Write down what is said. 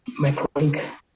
MicroLink